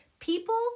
People